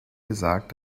gesagt